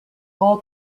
all